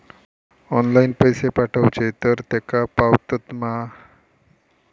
Online पैसे पाठवचे तर तेका पावतत मा?